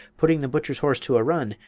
putting the butcher's horse to a run,